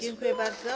Dziękuję bardzo.